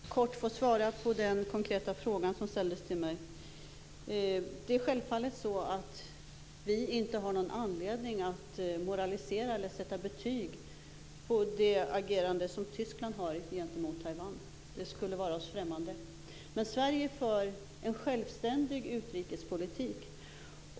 Herr talman! Låt mig bara helt kort få svara på den konkreta fråga som ställdes till mig. Självfallet har vi ingen anledning att moralisera eller sätta betyg på Tysklands agerande gentemot Taiwan. Det skulle vara oss främmande. Men Sverige för en självständig utrikespolitik.